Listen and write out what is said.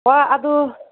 ꯍꯣꯏ ꯑꯗꯨ